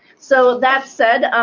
so that said,